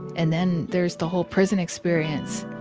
and then there's the whole prison experience.